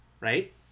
right